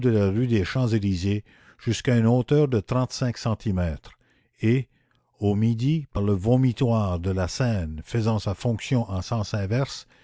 la rue des champs-élysées jusqu'à une hauteur de trente-cinq centimètres et au midi par le vomitoire de la seine faisant sa fonction en sens inverse